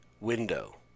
window